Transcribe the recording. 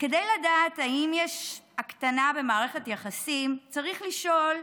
כדי לדעת אם יש הקטנה במערכת יחסית, צריך לשאול: